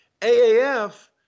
AAF